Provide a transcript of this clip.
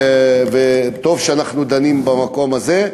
וטוב שאנחנו דנים במקום הזה.